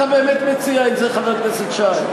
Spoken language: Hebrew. אתה באמת מציע את זה, חבר הכנסת שי?